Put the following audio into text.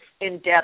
in-depth